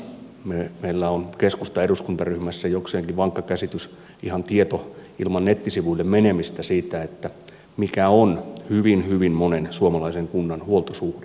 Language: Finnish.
meillä on keskustan eduskuntaryhmässä jokseenkin vankka käsitys ihan tieto ilman nettisivuille menemistä siitä mikä on hyvin hyvin monen suomalaisen kunnan huoltosuhde